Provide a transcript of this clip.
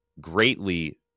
greatly